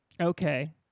Okay